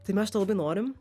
tai mes šito labai norim